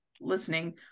listening